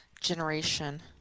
generation